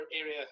area